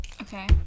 Okay